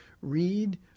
read